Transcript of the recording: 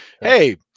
hey